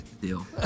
Deal